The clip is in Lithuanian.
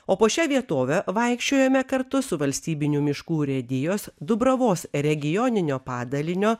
o po šią vietovę vaikščiojome kartu su valstybinių miškų urėdijos dubravos regioninio padalinio